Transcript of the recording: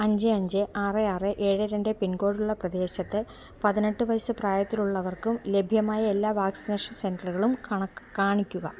അഞ്ച് അഞ്ച് ആറ് ആറ് ഏഴ് രണ്ട് പിൻകോഡുള്ള പ്രദേശത്ത് പതിനെട്ട് വയസ്സ് പ്രായത്തിലുള്ളവർക്ക് ലഭ്യമായ എല്ലാ വാക്സിനേഷൻ സെൻ്ററുകളും കണക്ക് കാണിക്കുക